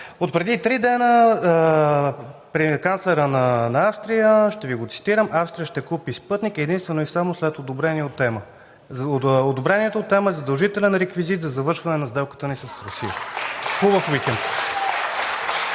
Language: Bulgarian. Отпреди три дена при канцлера на Австрия – ще Ви го цитирам: „Австрия ще купи „Спутник“ единствено и само след одобрение от ЕМА. Одобрението от ЕМА е задължителен реквизит за завършване на сделката ни с Русия.“ (Ръкопляскания